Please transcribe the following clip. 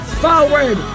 forward